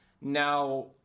now